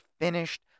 finished